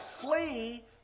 flee